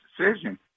decision